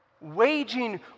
waging